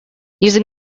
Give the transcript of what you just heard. using